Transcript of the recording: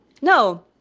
No